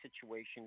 situations